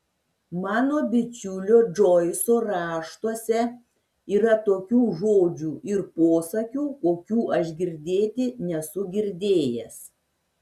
mano bičiulio džoiso raštuose yra tokių žodžių ir posakių kokių aš girdėti nesu girdėjęs